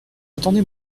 attendez